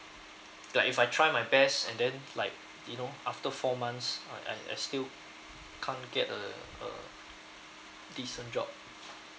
like if I try my best and then like you know after four months I I I still can't get a a decent job